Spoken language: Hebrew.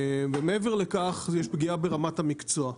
מעבר לכך, יש פגיעה ברמת המקצוע.